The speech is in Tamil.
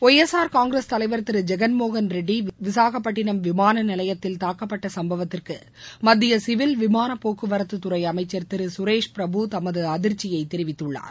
ஒய் எஸ் ஆர் காங்கிரஸ் தலைவர் திரு ஜெகன் மோகன் ரெட்டி விசாகப்பட்டினம் விமான நிலையத்தில் தாக்கப்பட்ட சும்பவத்திற்கு மத்திய சிவில் விமாள போக்குவரத்துத் துறை அமைச்சர் திரு சுரேஷ்பிரபு தமது அதிர்ச்சியை தெரிவித்துள்ளார்